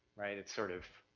right, it's sort of,